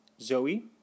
Zoe